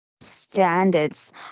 standards